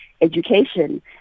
education